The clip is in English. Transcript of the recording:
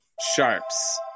Sharps